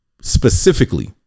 specifically